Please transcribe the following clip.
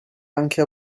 anche